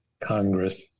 Congress